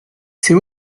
ces